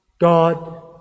God